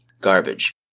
garbage